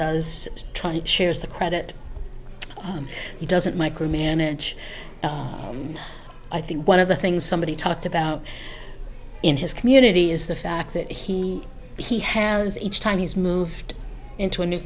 does try to share is the credit he doesn't micromanage i think one of the things somebody talked about in his community is the fact that he he has each time he's moved into a new